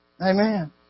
Amen